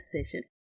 decision